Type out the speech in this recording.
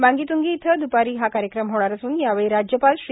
मांगीतंगी इथं द्पारी हा कार्यक्रम होणार असून यावेळी राज्यपाल श्री